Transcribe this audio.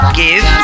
give